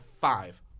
five